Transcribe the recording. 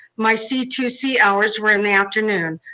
my c two c hours were in the afternoon.